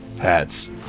hats